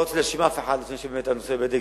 ולא רוצה להאשים אף אחד לפני שבאמת הנושא ייבדק,